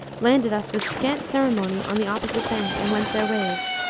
landed us with scant ceremony on the opposite bank and went their ways.